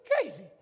crazy